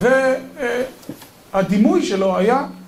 ‫והדימוי שלו היה...